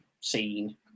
scene